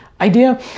idea